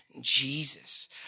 Jesus